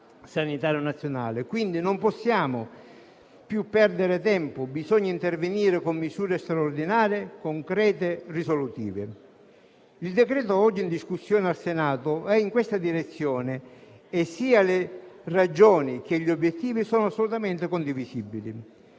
sanitario nazionale. Quindi non possiamo più perdere tempo; bisogna intervenire con misure straordinarie, concrete e risolutive. Il decreto-legge oggi in discussione al Senato va in questa direzione; sia le ragioni che gli obiettivi sono assolutamente condivisibili.